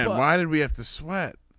um why did we have to sweat.